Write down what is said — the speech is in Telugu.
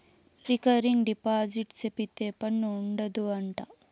రికరింగ్ డిపాజిట్ సేపిత్తే పన్ను ఉండదు అంట